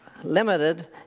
limited